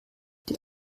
die